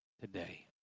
today